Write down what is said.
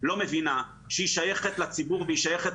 לא מבינה שהיא שייכת לציבור והיא שייכת